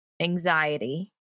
anxiety